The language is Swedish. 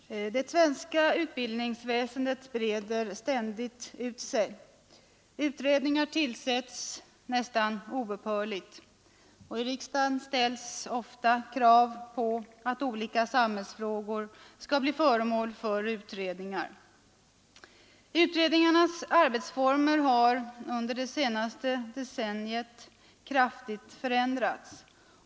Herr talman! Det svenska utredningsväsendet breder ständigt ut sig. Utredningar tillsätts nästan oupphörligt. I riksdagen ställs ofta krav på att olika samhällsfrågor skall bli föremål för utredning. Utredningarnas arbetsformer har under det senaste decenniet kraftigt förändrats.